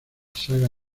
saga